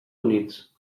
units